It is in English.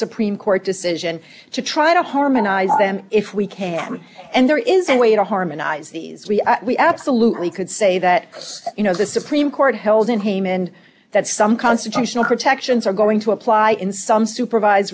supreme court decision to try to harmonize them if we can and there is a way to harmonize these we we absolutely could say that you know the supreme court held in haman that some constitutional protections are going to apply in some supervise